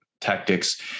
Tactics